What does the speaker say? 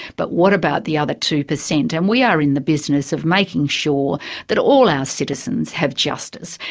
but what about the other two percent? and we are in the business of making sure that all our citizens have justice,